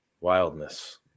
wildness